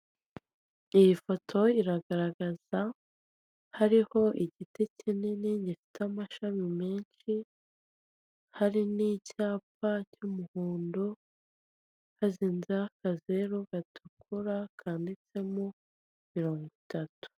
Iyi foto iragaragaza hariho igiti kinini gifite amashami menshi hari n'icyapa cy'umuhondo hazinzeho akazeru gatukura kanditsemo mirongo itatu.